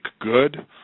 good